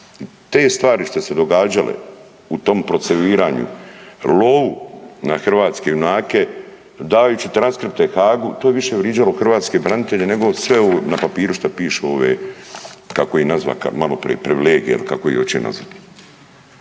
Te stvar što su se događale u tom procesuiranju, lovu na hrvatske junake, dajući transkripte Haagu, to je više vrijeđalo hrvatske branitelje nego sve ovo na papiru što pišu ove kako ih nazva malo prije, privilegije ili kako ih hoće nazvati.